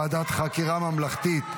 אני קובע כי הצעת חוק ועדת חקירה ממלכתית